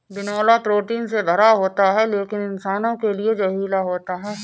बिनौला प्रोटीन से भरा होता है लेकिन इंसानों के लिए जहरीला होता है